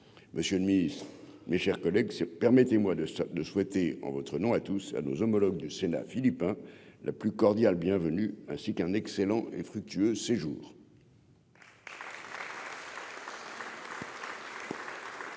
monsieur le Ministre, mes chers collègues, c'est, permettez-moi de de souhaiter, en votre nom à tous, à nos homologues du Sénat, Philippe hein la plus cordiale bienvenue, ainsi qu'un excellent et fructueux séjour.